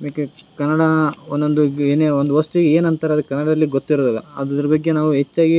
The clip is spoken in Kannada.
ಆಮ್ಯಾಕೆ ಕನ್ನಡ ಒಂದೊಂದು ಈಗ ಏನೇ ಒಂದು ವಸ್ತುಗೆ ಏನಂತಾರೆ ಅದಕ್ಕೆ ಕನ್ನಡದಲ್ಲಿ ಗೊತ್ತಿರುವುದಿಲ್ಲ ಅದು ಅದ್ರ ಬಗ್ಗೆ ನಾವು ಹೆಚ್ಚಾಗಿ